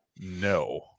No